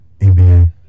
NBA